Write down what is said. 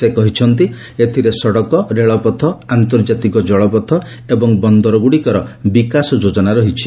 ସେ କହିଛନ୍ତି ଏଥିରେ ସଡ଼କ ରେଳପଥ ଆନ୍ତର୍ଜାତିକ ଜଳପଥ ଏବଂ ବନ୍ଦରଗୁଡ଼ିକର ବିକାଶ ଯୋଜନା ରହିଛି